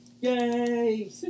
Yay